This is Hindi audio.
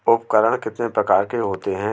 उपकरण कितने प्रकार के होते हैं?